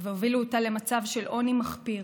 והובילו אותה למצב של עוני מחפיר